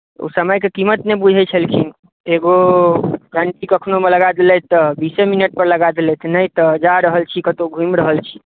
ओ समयके कीमत नहि बुझैत छलखिन एगो घण्टी कखनोमे लगा देलथि तऽ बीसे मिनटमे लगा देलथि नहि तऽ जा रहल छी कतहु घूमि रहल छी